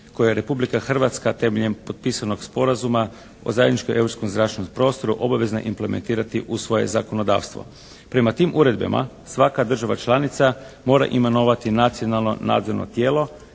koje Republika Hrvatska temeljem potpisanog sporazuma o zajedničkom europskom zračnom prostoru, obvezna je implementirati u svoje zakonodavstvo. Prema tim uredbama, svaka država članica mora imenovati nacionalno nadzorno tijelo,